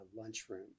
lunchroom